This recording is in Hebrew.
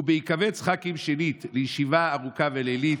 ובהיקבץ ח"כים שנית לישיבה ארוכה ולילית,